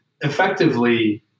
effectively